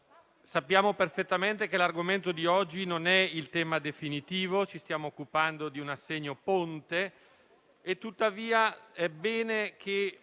sappiamo perfettamente che l'argomento di oggi non è il tema definitivo. Ci stiamo occupando di un assegno ponte e, tuttavia, è bene